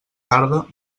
tarda